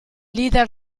leader